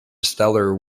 stellar